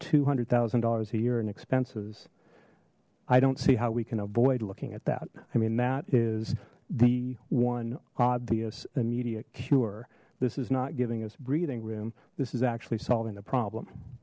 two hundred thousand dollars a year in expenses i don't see how we can avoid looking at that i mean that is the one obvious immediate cure this is not giving us breathing room this is actually solving the problem